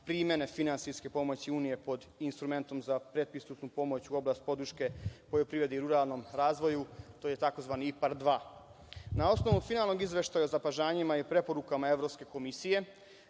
primene finansijske pomoći Unije pod instrumentom za predpristupnu pomoć u oblasti podrške poljoprivredi i ruralnom razvoju, to je tzv. IPAR 2.Na osnovu finalnog izveštaja o zapažanjima i preporukama Evropske komisije